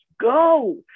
go